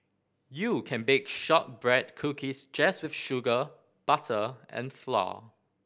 you can bake shortbread cookies just with sugar butter and flour